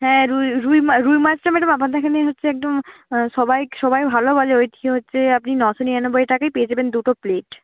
হ্যাঁ রুই রুই মাছ রুই মাছটা ম্যাডাম আমাদের এখানে হচ্ছে একদম সবাই সবাই ভালোবাসে ঐটি হচ্ছে আপনি নশো নিরানব্বই টাকায় পেয়ে যাবেন দুটো প্লেট